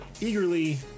eagerly